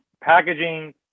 packaging